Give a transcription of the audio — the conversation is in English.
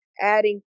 adding